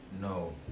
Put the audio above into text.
No